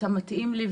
אתה מתאים לי,